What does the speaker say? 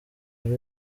ari